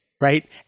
right